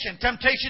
Temptation